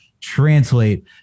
translate